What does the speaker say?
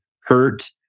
hurt